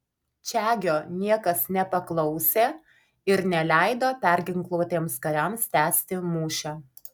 čegio niekas nepaklausė ir neleido perginkluotiems kariams tęsti mūšio